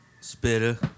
Spitter